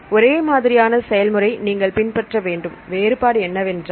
ஒரே மாதிரியான செயல் முறை நீங்கள் பின்பற்ற வேண்டும் வேறுபாடு என்னவென்றால்